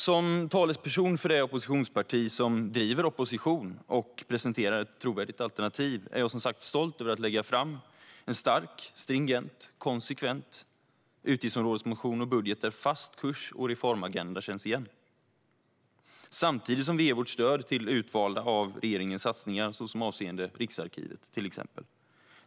Som talesperson för det oppositionsparti som driver opposition och presenterar ett trovärdigt alternativ är jag som sagt stolt över att lägga fram en stark, stringent och konsekvent utgiftsområdesmotion och budget där fast kurs och reformagenda känns igen. Samtidigt ger vi vårt stöd till utvalda satsningar som regeringen gör, avseende till exempel Riksarkivet.